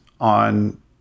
on